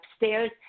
upstairs